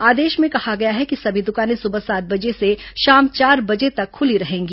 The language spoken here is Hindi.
आदेश में कहा गया है कि सभी दुकानें सुबह सात बजे से शाम चार बजे तेक खुली रहेंगी